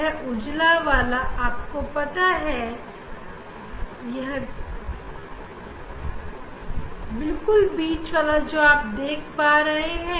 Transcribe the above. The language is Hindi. इस क्षण मैं आपको यह बीच वाला जोकि उजला और श्वेत दिखा रहा हूं